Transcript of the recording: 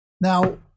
now